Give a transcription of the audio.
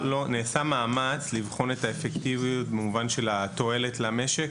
נעשה מאמץ לבחון את האפקטיביות במובן של התועלת למשק,